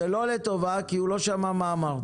זה לא לטובה, כי הוא לא שמע מה אמרתי.